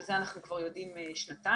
שאת זה אנחנו כבר יודעים שנתיים.